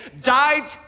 died